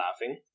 laughing